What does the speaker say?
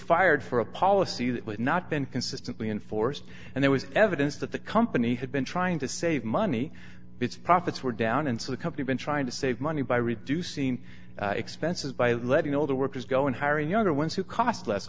fired for a policy that was not been consistently enforced and there was evidence that the company had been trying to save money its profits were down and so the company been trying to save money by reducing expenses by letting older workers go and hire younger ones who cost less